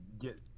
get